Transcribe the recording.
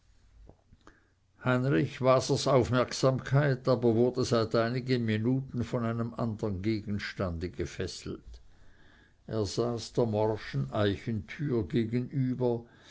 heinrich wasers aufmerksamkeit aber wurde seit einigen minuten von einem andern gegenstande gefesselt er saß der morschen eichentüre gegenüber